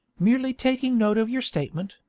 merely taking note of your statement,